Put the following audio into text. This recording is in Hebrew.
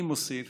אני מוסיף